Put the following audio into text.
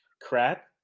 Crap